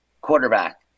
quarterback